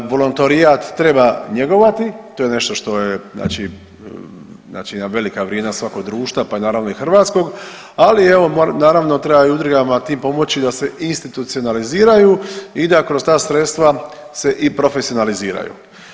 Volontorijat treba njegovati to je nešto što je znači jedna velika vrijednost svakog društva, pa naravno i hrvatskog, ali evo naravno treba i udrugama tim pomoći da se institucionaliziraju i da kroz ta sredstva se i profesionaliziraju.